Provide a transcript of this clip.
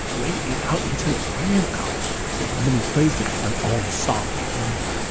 wait it out until it ran out and then replaced it with my own softer version.